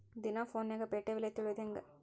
ದಿನಾ ಫೋನ್ಯಾಗ್ ಪೇಟೆ ಬೆಲೆ ತಿಳಿಯೋದ್ ಹೆಂಗ್?